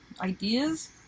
ideas